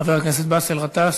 חבר הכנסת באסל גטאס,